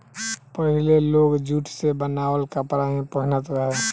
पहिले लोग जुट से बनावल कपड़ा ही पहिनत रहे